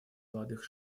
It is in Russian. молодых